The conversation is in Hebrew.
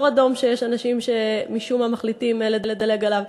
אדום שיש אנשים שמשום מה מחליטים לדלג עליו,